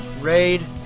Raid